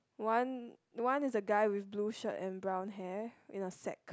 one one is a guy with blue shirt and brown hair in a sack